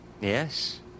Yes